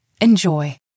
Enjoy